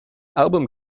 album